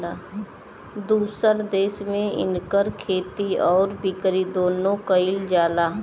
दुसर देस में इकर खेती आउर बिकरी दुन्नो कइल जाला